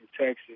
Texas